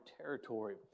Territory